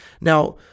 Now